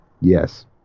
Yes